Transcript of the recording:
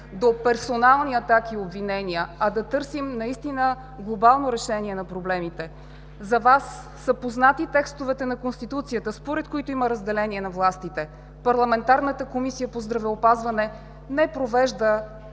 до персонални атаки и обвинения, а да търсим наистина глобално решение на проблемите. За Вас са познати текстовете на Конституцията, според които има разделение на властите. Парламентарната комисия по здравеопазването не провежда